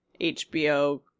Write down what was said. HBO